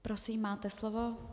Prosím, máte slovo.